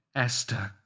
esther.